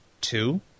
two